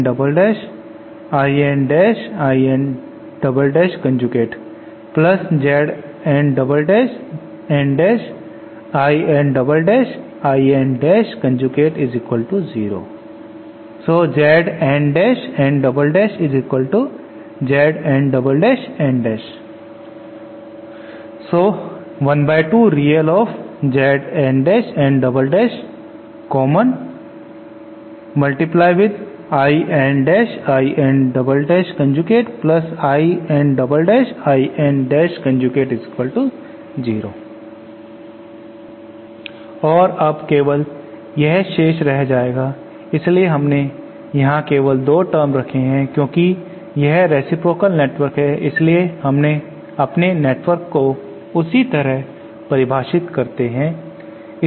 और अब केवल सब शेष रह जाएगा इसलिए हमने यहां केवल दो टर्म रखे हैं क्योंकि यह रेसिप्रोकाल नेटवर्क भी है इसलिए हमने अपने नेटवर्क को उसी तरह परिभाषित करते है